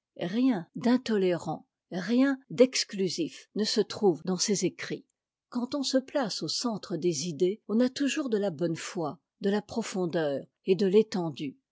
rien d'intolérant rien d'exclusif ne se trouve dans ses écrits quand on lie place au centre des idées on a toujours de la bonne foi de la profondeur et de l'étendue